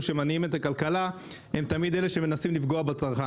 שמניעים את הכלכלה הם תמיד אלה שמנסים לפגוע בצרכן.